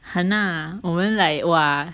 !hanna! 我们 like !wah!